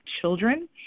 children